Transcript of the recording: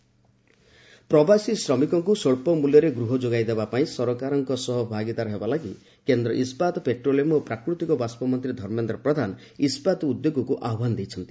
ଧର୍ମେନ୍ଦ୍ର ପ୍ରଧାନ ପ୍ରବାସୀ ଶ୍ରମିକଙ୍କୁ ସ୍ୱଳ୍ପ ମୂଲ୍ୟରେ ଗୃହ ଯୋଗାଇ ଦେବା ପାଇଁ ସରକାରଙ୍କ ସହ ଭାଗିଦାର ହେବା ଲାଗି କେନ୍ଦ୍ର ଇସ୍କାତ ପେଟ୍ରୋଲିୟମ୍ ଓ ପ୍ରାକୃତିକ ବାଷ୍ପମନ୍ତ୍ରୀ ଧର୍ମେନ୍ଦ୍ର ପ୍ରଧାନ ଇସ୍କାତ୍ ଉଦ୍ୟୋଗକୁ ଆହ୍ପାନ ଦେଇଛନ୍ତି